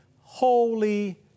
holy